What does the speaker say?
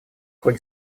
ходе